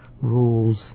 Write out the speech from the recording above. Rules